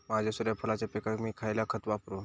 माझ्या सूर्यफुलाच्या पिकाक मी खयला खत वापरू?